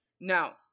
Now